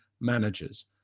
managers